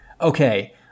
Okay